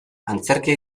antzerkia